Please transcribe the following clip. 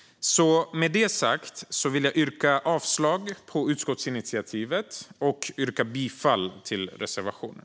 Jag yrkar avslag på utskottsinitiativet och bifall till reservationen.